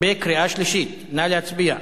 נא להצביע.